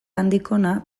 andikona